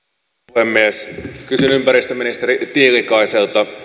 puhemies kysyn ympäristöministeri tiilikaiselta